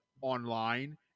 online